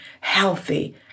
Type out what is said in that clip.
healthy